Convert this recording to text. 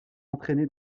entraîné